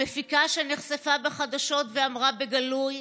המפיקה, שנחשפה בחדשות ואמרה בגלוי: